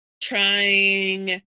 trying